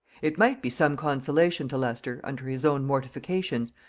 it might be some consolation to leicester, under his own mortifications,